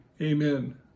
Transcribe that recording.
amen